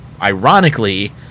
ironically